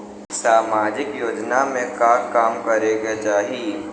सामाजिक योजना में का काम करे के चाही?